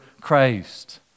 Christ